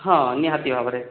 ହଁ ନିହାତି ଭାବରେ